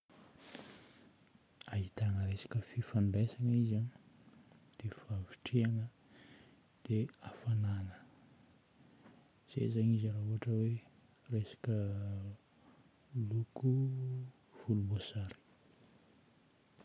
Ahitagna resaka fifandraisagna izy, dia fahavitrihagna, dia hafagnana. Zay zagny izy raha ohatra hoe resaka loko volomboasary.